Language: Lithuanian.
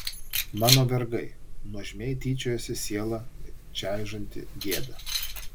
mano vergai nuožmiai tyčiojasi sielą čaižanti gėda